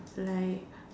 like